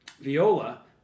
viola